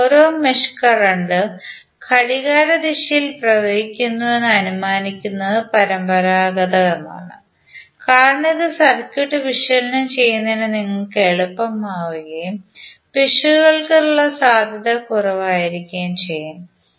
എന്നാൽ ഓരോ മെഷ് കറന്റും ഘടികാരദിശയിൽ പ്രവഹിക്കുന്നുവെന്ന് അനുമാനിക്കുന്നത് പരമ്പരാഗതമാണ് കാരണം ഇത് സർക്യൂട്ട് വിശകലനം ചെയ്യുന്നത് നിങ്ങൾക്ക് എളുപ്പമാവുകയും പിശകുകൾക്ക് സാധ്യത കുറവായിരിക്കുകയും ചെയ്യും